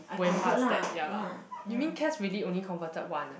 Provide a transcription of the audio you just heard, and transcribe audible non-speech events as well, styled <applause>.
<unintelligible>